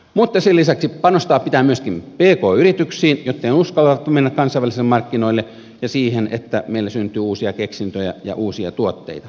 mutta sen lisäksi panostaa pitää myöskin pk yrityksiin jotta ne uskaltavat mennä kansainvälisille markkinoille ja siihen että meillä syntyy uusia keksintöjä ja uusia tuotteita